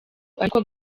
aritwo